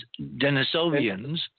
Denisovians